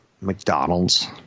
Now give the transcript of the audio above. McDonald's